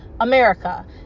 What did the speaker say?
America